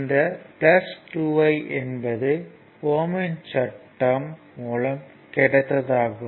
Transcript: இந்த 2 I என்பது ohm யின் சட்டம் ohm's law மூலம் கிடைத்ததாகும்